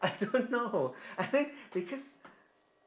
I don't know I mean because